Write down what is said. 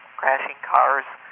crashing cars,